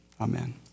Amen